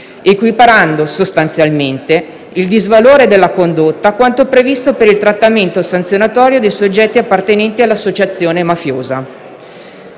equiparando sostanzialmente il disvalore della condotta a quanto previsto per il trattamento sanzionatorio dei soggetti appartenenti all'associazione mafiosa.